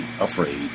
afraid